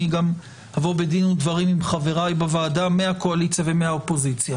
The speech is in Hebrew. אני גם אבוא בדין ודברים עם חבריי בוועדה מהקואליציה ומהאופוזיציה